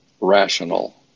rational